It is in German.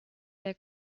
der